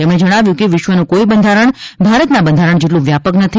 તેમજ જણાવ્યું હતું કે વિશ્વનું કોઇ બંધારણ ભારતના બંધારણ જેટલું વ્યાપક નથી